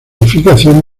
edificación